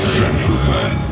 gentlemen